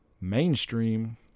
Mainstream